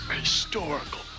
Historical